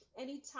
anytime